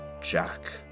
jack